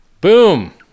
Boom